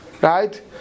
Right